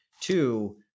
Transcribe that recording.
Two